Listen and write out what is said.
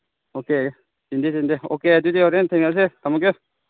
okay ꯆꯤꯟꯗꯤ ꯆꯤꯟꯗꯦ okay ꯑꯗꯨꯗꯤ ꯍꯣꯔꯦꯟ ꯊꯦꯡꯅꯔꯁꯦ ꯊꯝꯃꯒꯦ